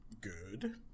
Good